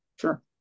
Sure